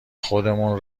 خودمون